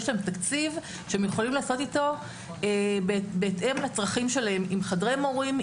יש להם תקציב שהם יכולים לעשות אותו בהתאם לצרכים שלהם עם חדרי מורים,